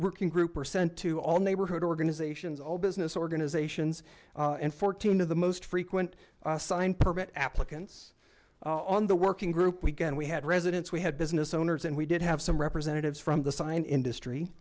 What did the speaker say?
working group are sent to all neighborhood organizations all business organizations and fourteen of the most frequent signed permit applicants on the working group weekend we had residents we had business owners and we did have some representatives from the sign industry